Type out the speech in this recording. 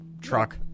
truck